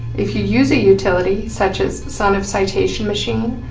if you use a utility such as son of citation machine,